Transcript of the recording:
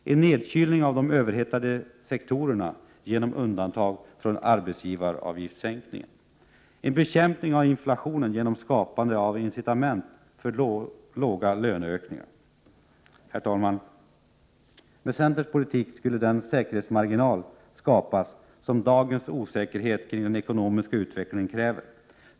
—- En nedkylning av de överhettade sektorerna genom undantag från arbetsgivaravgiftssänkningen. Herr talman! Med centerns politik skulle den säkerhetsmarginal skapas som dagens osäkerhet kring den ekonomiska utvecklingen kräver.